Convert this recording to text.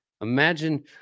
imagine